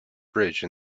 bridge